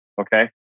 Okay